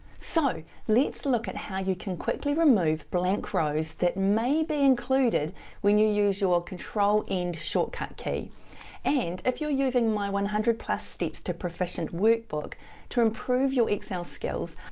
so, let's look at how you can quickly remove blank rows that may be included when you use your control end shortcut key and if you're using my one hundred plus steps to proficient workbook to improve your excel skills,